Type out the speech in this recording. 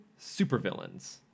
supervillains